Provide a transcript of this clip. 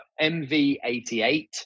MV88